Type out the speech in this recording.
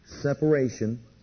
Separation